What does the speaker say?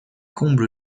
comble